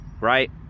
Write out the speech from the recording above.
Right